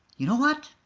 you know what?